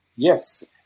Yes